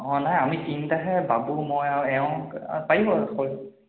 অঁ নাই আমি তিনিটাহে বাবু মই আৰু এওঁ অঁ পাৰিব